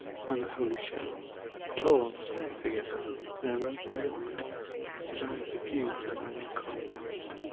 upon that holy show a tall, spare figure in a robe of white, whose eyes diffused a melancholy light.